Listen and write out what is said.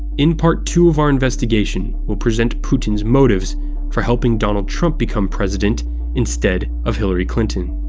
in part two of our investigation, we'll present putin's motives for helping donald trump become president instead of hillary clinton.